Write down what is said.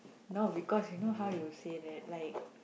now because you know how you say that like